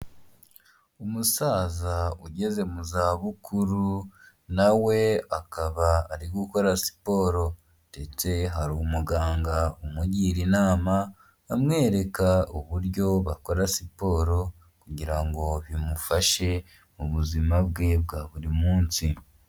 Umusaza ugeze mu za bukuru nawe we akaba ari gukora siporo, ndetse hari umuganga umugira inama amwereka uburyo bakora siporo kugira ngo bimufashe m'ubuzima bwe bwa buri munsi.